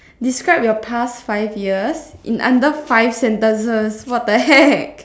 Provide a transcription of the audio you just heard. describe your past five years in under five sentences what the heck